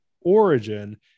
origin